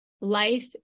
life